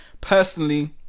personally